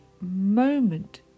moment